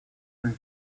when